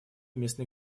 местной